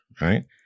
right